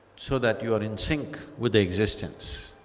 so that you are in sync with the existence.